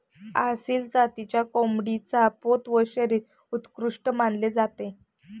आसिल जातीच्या कोंबडीचा पोत व शरीर उत्कृष्ट मानले जाते